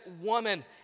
woman